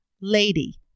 Lady